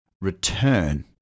return